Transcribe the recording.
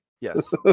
Yes